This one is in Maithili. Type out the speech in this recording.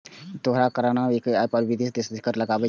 दोहरा कराधान मे एक्के आय पर विभिन्न देश कर लगाबै छै